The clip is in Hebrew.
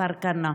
בכפר כנא.